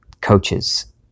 coaches